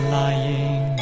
lying